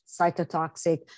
cytotoxic